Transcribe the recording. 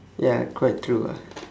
ya quite true ah